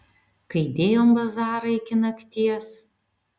kai dėjom bazarą iki nakties